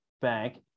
bank